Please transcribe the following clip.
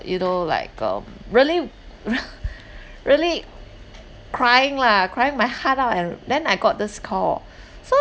you know like um really really crying lah crying my heart out and then I got this call so